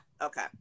okay